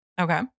Okay